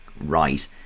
right